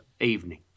evening